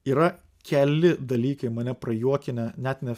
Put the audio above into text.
yra keli dalykai mane prajuokinę net ne